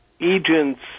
Agents